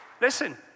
Listen